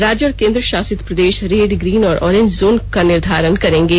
राज्य और केंद्रशासित प्रदेश रेड ग्रीन और ऑरेंज जोन का निर्धारण करेंगे